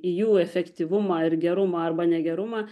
į jų efektyvumą ir gerumą arba negerumą